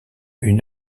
une